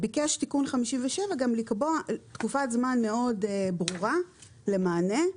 תיקון 57 גם ביקש לקבוע תקופת זמן מאוד ברורה למענה,